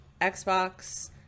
xbox